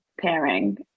pairing